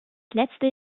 letzte